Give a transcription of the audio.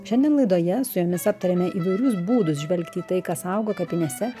šiandien laidoje su jumis aptariame įvairius būdus žvelgti į tai kas auga kapinėse